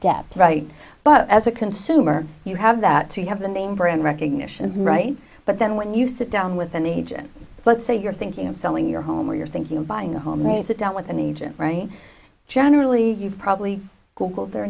depth right but as a consumer you have that to have the name brand recognition right but then when you sit down with an agent let's say you're thinking of selling your home or you're thinking of buying a home you sit down with an agent right generally you probably